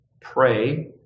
pray